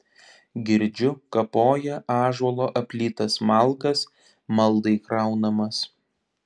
girdžiu kapoja ąžuolo aplytas malkas maldai kraunamas